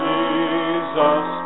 Jesus